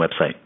website